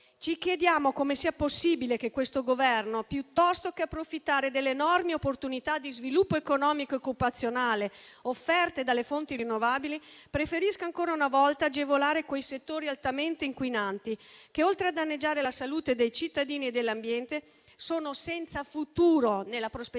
Ci chiediamo come sia possibile che questo Governo, piuttosto che approfittare delle enormi opportunità di sviluppo economico e occupazionale offerte dalle fonti rinnovabili, preferisca ancora una volta agevolare quei settori altamente inquinanti che, oltre a danneggiare la salute dei cittadini e dell'ambiente, sono senza futuro nella prospettiva